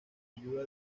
ayuda